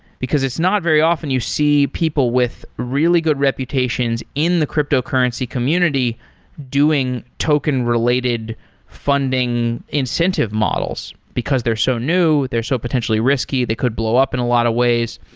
because it's not very often you see people with really good reputations in the cryptocurrency community doing token related funding incentive models, because they're so new, they're so potentially risky, the could blow up in a lot of ways.